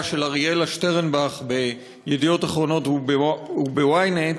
של אריאלה שטרנבך ב"ידיעות אחרונות" וב-ynet